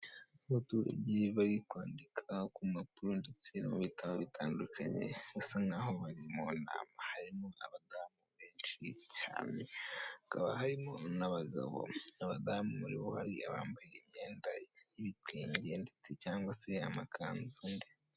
Abaturage bari kwandika ku mpapuro ndetse no mu bitabo bitandukanye basa nkaho bari mu nama harimo abadamu benshi cyane hakaba harimo n'abagabo abadamu muri bo hari abambaye imyenda y'ibitenge ndetse cyangwa se amakanzu.